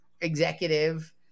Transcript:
executive